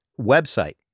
website